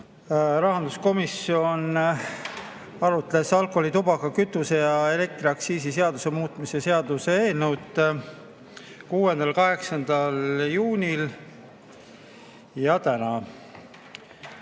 Rahanduskomisjon arutas alkoholi‑, tubaka‑, kütuse‑ ja elektriaktsiisi seaduse muutmise seaduse eelnõu 6. ja 8. juunil ning täna.